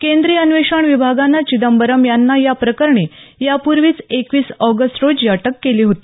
केंद्रिय अन्वेषण विभागानं चिदंबरम यांना या प्रकरणी यापुर्वीच एकवीस ऑगस्ट रोजी अटक केली होती